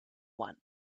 one